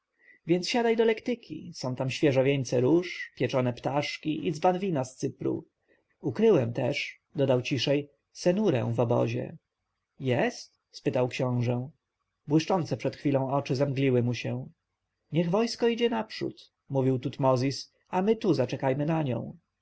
więc siadaj do lektyki są tam świeże wieńce róż pieczone ptaszki i dzban wina z cypru ukryłem też dodał jeszcze ciszej senurę w obozie jest spytał książę błyszczące przed chwilą oczy zamgliły mu się niech wojsko idzie naprzód mówił tutmozis a my tu zaczekajmy na nią